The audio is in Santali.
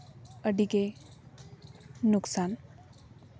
ᱟᱹᱰᱤᱜᱮ ᱞᱳᱠᱥᱟᱱ